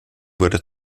wurde